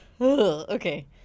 Okay